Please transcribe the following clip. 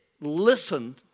listen